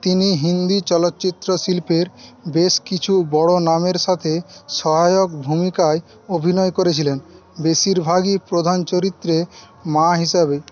তিনি হিন্দি চলচ্চিত্র শিল্পের বেশ কিছু বড় নামের সাথে সহায়ক ভূমিকায় অভিনয় করেছিলেন বেশিরভাগই প্রধান চরিত্রে মা হিসাবে